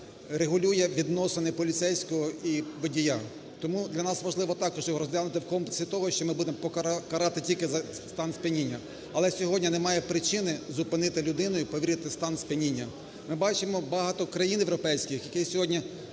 регулює відносини поліцейського і водія. Тому для нас важливо також його розглянути в комплексі того, що ми будемо карати тільки за стан сп'яніння. Але сьогодні немає причини зупинити людину і перевірити стан сп'яніння. Ми бачимо багато країн європейських, які сьогодні